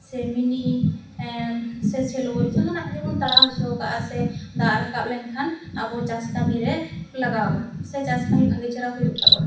ᱥᱮ ᱢᱤᱱᱤ ᱥᱮ ᱥᱮᱞᱚᱞ ᱡᱟᱦᱟᱸᱱᱟᱜ ᱜᱮ ᱵᱚᱱ ᱛᱟᱲᱟᱣ ᱦᱚᱪᱚ ᱠᱟᱜᱼᱟ ᱥᱮ ᱫᱟᱜ ᱨᱟᱠᱟᱱ ᱞᱮᱱ ᱠᱷᱟᱱ ᱟᱵᱚ ᱪᱟᱥ ᱠᱟᱢᱤ ᱨᱮ ᱞᱟᱜᱟᱣ ᱟᱵᱚᱱ ᱥᱮ ᱪᱟᱥ ᱠᱟᱹᱢᱤ ᱵᱷᱟᱹᱜᱤ ᱪᱮᱨᱟ ᱦᱩᱭᱩᱠ ᱛᱟᱵᱚᱱᱟ